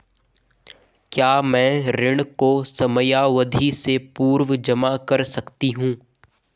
क्या मैं ऋण को समयावधि से पूर्व जमा कर सकती हूँ?